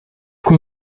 con